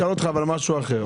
אני אשאל אותך משהו אחר,